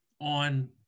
on